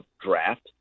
draft